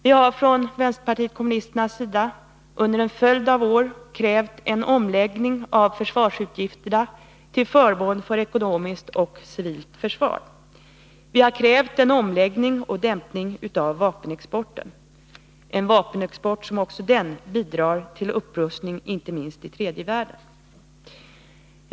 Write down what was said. Vi har från vänsterpartiet kommunisternas sida under en följd av år krävt en omläggning av försvarsutgifterna till förmån för ekonomiskt och civilt försvar. Vi har också krävt en omläggning och en dämpning av vapenexporten — en vapenexport som även den bidrar till upprustning, inte minst i tredje världen.